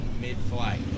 mid-flight